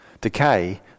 Decay